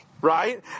right